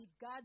God